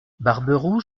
barberou